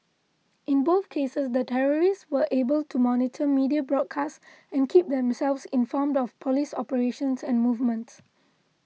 in both cases the terrorists were able to monitor media broadcasts and keep themselves informed of police operations and movements